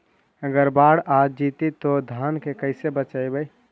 अगर बाढ़ आ जितै तो धान के कैसे बचइबै?